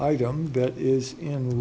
item that is in